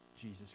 Jesus